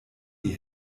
die